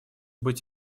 быть